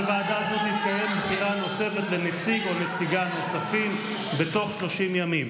בוועדה הזאת תתקיים בחירה נוספת לנציג או לנציגה נוספים בתוך 30 ימים.